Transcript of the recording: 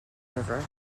river